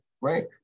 right